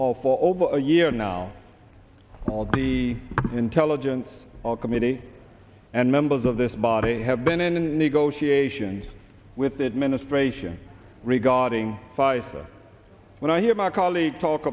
all for over a year now all the intelligence committee and members of this body have been in negotiations with the administration regarding pfizer when i hear my colleagues talk